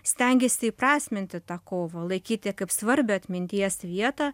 stengėsi įprasminti tą kovą laikyti kaip svarbią atminties vietą